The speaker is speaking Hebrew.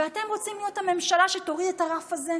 ואתם רוצים להיות הממשלה שתוריד את הרף הזה?